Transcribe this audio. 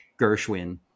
Gershwin